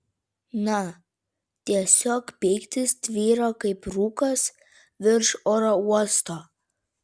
na tiesiog pyktis tvyro kaip rūkas virš oro uosto